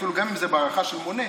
אפילו אן זה בהערכה של מונה,